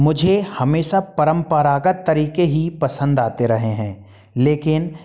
मुझे हमेशा परंपरागत तरीके ही पसंद आते रहे हैं लेकिन